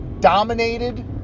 dominated